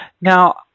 Now